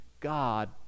God